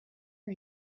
are